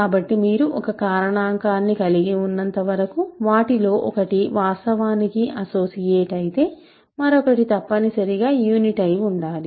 కాబట్టి మీరు ఒక కారణాంకాన్ని కలిగి ఉన్నంతవరకు వాటిలో ఒకటి వాస్తవానికి అసోసియేట్ అయితే మరొకటి తప్పనిసరిగా యూనిట్ అయి ఉండాలి